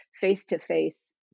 face-to-face